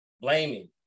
blaming